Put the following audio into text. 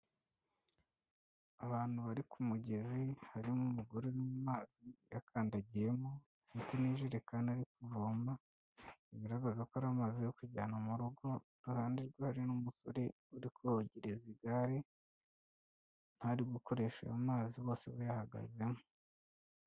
Abantu bari ku mugezi, harimo umugore uri mu mazi yakandagiyemo ndetse n'ijerekani ari kuvoma, bigaragaza ko ari amazi yo kujyana mu rugo, iruhande rwe hari n'umusore uri kogereza igare aho ari gukoresha ayo mazi, bose bayahagazemo.